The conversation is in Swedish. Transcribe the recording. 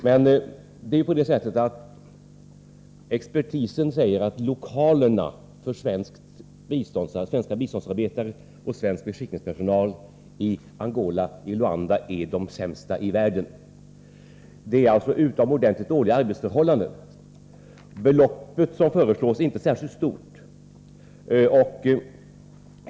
Det är emellertid på det sättet att expertisen säger att lokalerna för svenska biståndsarbetare och svensk beskickningspersonal i Luanda är de sämsta i världen. Det råder alltså utomordentligt dåliga arbetsförhållanden. Det belopp som föreslås är inte särskilt stort.